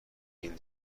این